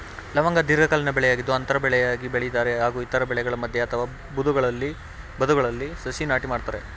ಲವಂಗ ದೀರ್ಘಕಾಲೀನ ಬೆಳೆಯಾಗಿದ್ದು ಅಂತರ ಬೆಳೆಯಾಗಿ ಬೆಳಿತಾರೆ ಹಾಗೂ ಇತರ ಬೆಳೆಗಳ ಮಧ್ಯೆ ಅಥವಾ ಬದುಗಳಲ್ಲಿ ಸಸಿ ನಾಟಿ ಮಾಡ್ತರೆ